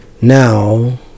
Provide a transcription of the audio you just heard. Now